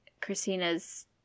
christina's